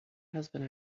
husband